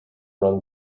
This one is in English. run